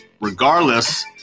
regardless